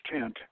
tent